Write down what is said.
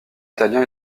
italien